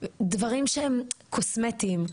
דברים שהם קוסמטיים.